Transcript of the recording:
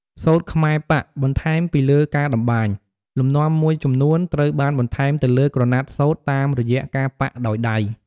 សូត្រខ្មែរប៉ាក់ បន្ថែមពីលើការតម្បាញ លំនាំមួយចំនួនត្រូវបានបន្ថែមទៅលើក្រណាត់សូត្រតាមរយៈ ការប៉ាក់ដោយដៃ។